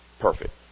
perfect